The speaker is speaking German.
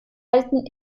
halten